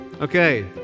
Okay